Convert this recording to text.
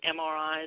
MRIs